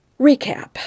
Recap